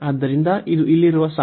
ಆದ್ದರಿಂದ ಇದು ಇಲ್ಲಿರುವ ಸಾಲು